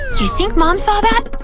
you think mom saw that?